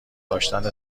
داشتن